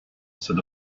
said